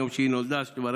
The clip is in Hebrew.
היום שהיא נולדה בו,